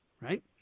right